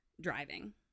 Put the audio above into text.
driving